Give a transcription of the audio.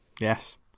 Yes